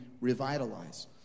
revitalize